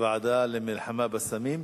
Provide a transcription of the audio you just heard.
הוועדה למלחמה בסמים?